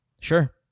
Sure